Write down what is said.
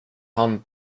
hand